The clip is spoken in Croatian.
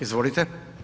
Izvolite.